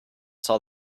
saw